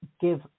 give